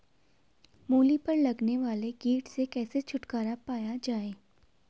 मूली पर लगने वाले कीट से कैसे छुटकारा पाया जाये?